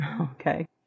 Okay